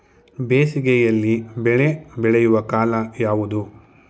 ಬೇಸಿಗೆ ಯಲ್ಲಿ ಬೆಳೆ ಬೆಳೆಯುವ ಕಾಲ ಯಾವುದು?